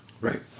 Right